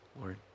Lord